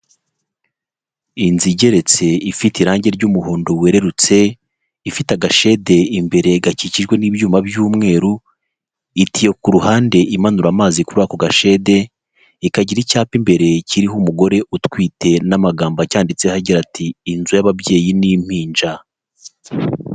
Inzu igeretse ifite irangi ry'umuhondo werurutse, ifite agashede imbere gakikijwe n'ibyuma by'umweru, itiyo ku ruhande imanura amazi kuri ako gashede, ikagira icyapa imbere kiriho umugore utwite n'amagambo acyanditseho hagira ati "inzu y'ababyeyi ni impinja"